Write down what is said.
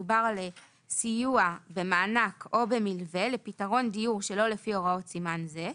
שמדובר על סיוע במענק או במלווה לפתרון דיור שלא לפי הוראות סימן זה,